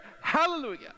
Hallelujah